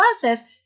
process